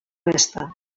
resta